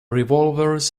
revolvers